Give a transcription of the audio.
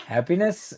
Happiness